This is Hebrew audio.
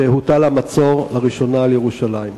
שבו הוטל המצור לראשונה על ירושלים.